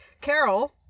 Carol